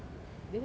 did I tell you